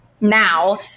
now